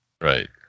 Right